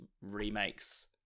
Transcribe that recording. remakes